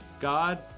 God